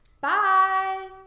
bye